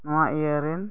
ᱱᱚᱣᱟ ᱤᱭᱟᱹᱨᱮᱱ